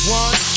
one